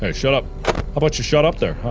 ah shut up! how bout you shut up there,